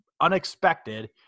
unexpected